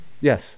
Yes